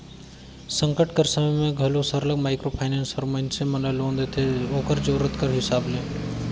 संकट कर समे में घलो सरलग माइक्रो फाइनेंस हर मइनसे मन ल लोन देथे ओकर जरूरत कर हिसाब ले